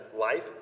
Life